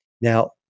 now